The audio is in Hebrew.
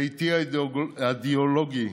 ביתי האידיאולוגי